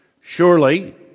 Surely